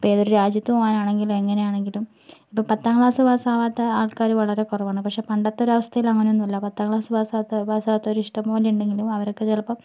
ഇപ്പൊൾ ഏതൊരു രാജ്യത്തുപോവാനാണെങ്കിലും എങ്ങനെയാണെങ്കിലും ഇപ്പൊൾ പത്താം ക്ലാസ് പാസ്സാവാത്ത ആൾക്കാരു വളരെ കുറവാണ് പക്ഷേ പണ്ടത്തൊരവസ്ഥയിൽ അങ്ങനെയൊന്നുമല്ല പത്താം ക്ലാസ് പാസ്സാവാത്ത പാസാവാത്തോരു ഇഷ്ടം പോലെ ഉണ്ടെങ്കിലും അവരൊക്കെ ചിലപ്പം